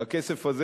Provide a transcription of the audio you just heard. כשהכסף הזה,